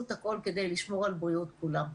את הכול כדי לשמור על בריאות כולם,